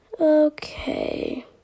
Okay